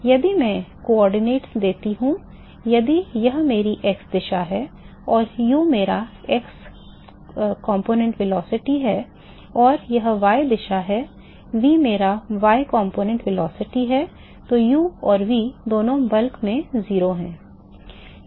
इसलिए यदि मैं अब निर्देशांक देता हूं यदि यह मेरी x दिशा है और u मेरा x घटक वेग है और यह y दिशा है v मेरा y घटक वेग है तो u और v दोनों बल्क में 0 हैं